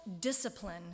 discipline